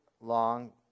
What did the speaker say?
long